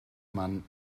mann